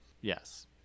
yes